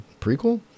Prequel